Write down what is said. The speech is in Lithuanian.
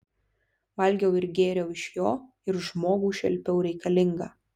valgiau ir gėriau iš jo ir žmogų šelpiau reikalingą